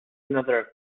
another